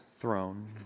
throne